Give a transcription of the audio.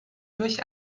durch